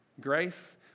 grace